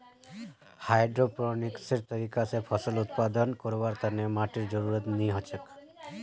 हाइड्रोपोनिक्सेर तरीका स फसल उत्पादन करवार तने माटीर जरुरत नी हछेक